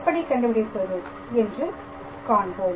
எப்படி கண்டுபிடிப்பது என்று காண்போம்